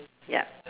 yup